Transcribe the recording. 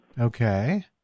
Okay